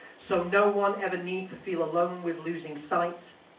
so no one ever need to feel alone with losing sight,